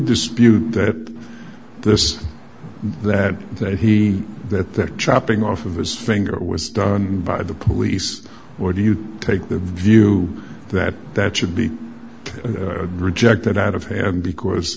dispute that this that that he that the chopping off of his finger was done by the police or do you take the view that that should be rejected out of hand because